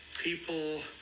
people